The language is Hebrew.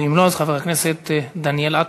ואם לא, אז חבר הכנסת דניאל עטר.